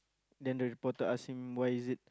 then the reporter ask him why is it